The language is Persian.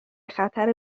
خطر